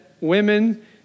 Women